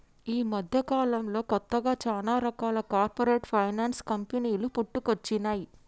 యీ మద్దెకాలంలో కొత్తగా చానా రకాల కార్పొరేట్ ఫైనాన్స్ కంపెనీలు పుట్టుకొచ్చినై